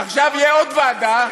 עכשיו תהיה עוד ועדה,